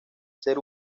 ser